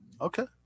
Okay